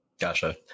Gotcha